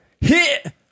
Hit